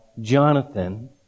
Jonathan